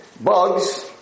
Bugs